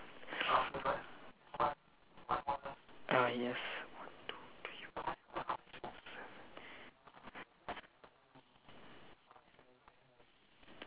uh yes